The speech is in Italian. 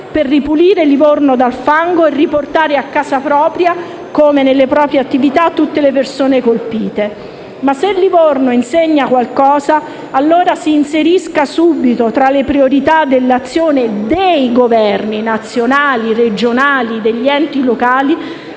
per ripulire Livorno dal fango e riportare a casa propria, come nelle proprie attività, tutte le persone colpite. Ma se Livorno insegna qualcosa, allora si inserisca subito tra le priorità dell'azione di governo nazionale, regionale e degli enti locali